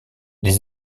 les